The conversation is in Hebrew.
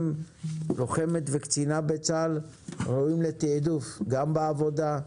לוחמת וקצינה בצה"ל ראויים לתיעדוף גם בעבודה,